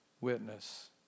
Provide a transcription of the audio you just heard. witness